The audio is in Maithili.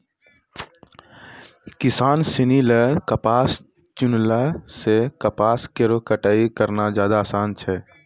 किसान सिनी ल कपास चुनला सें कपास केरो कटाई करना जादे आसान छै